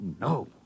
no